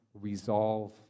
resolve